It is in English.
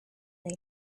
they